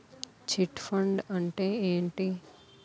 Chit fund అంటే ఏంటి?